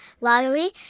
lottery